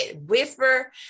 whisper